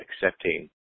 accepting